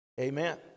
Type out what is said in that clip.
amen